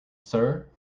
sir